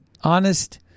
honest